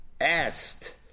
asked